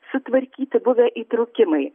sutvarkyti buvę įtrūkimai